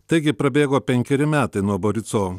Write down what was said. taigi prabėgo penkeri metai nuo boriso